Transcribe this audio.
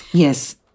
Yes